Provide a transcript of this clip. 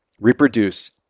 reproduce